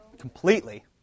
Completely